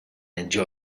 enjoy